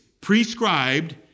prescribed